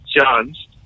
chance